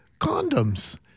condoms